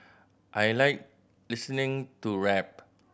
I like listening to rap